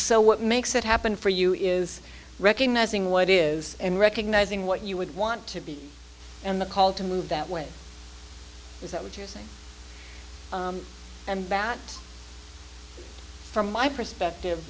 so what makes it happen for you is recognizing what is and recognizing what you would want to be and the call to move that way is that what you're saying and that from my perspective